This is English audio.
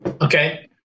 okay